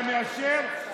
אתה מאשר?